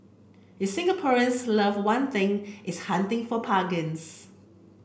if Singaporeans love one thing it's hunting for